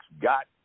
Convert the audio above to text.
got